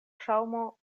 ŝaŭmo